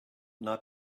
not